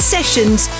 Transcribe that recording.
Sessions